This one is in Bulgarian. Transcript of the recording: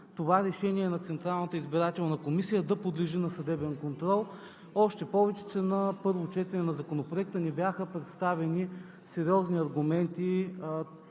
това решение на Централната избирателна комисия да подлежи на съдебен контрол, още повече че на първо четене на Законопроекта ни бяха представени сериозни аргументи